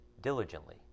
diligently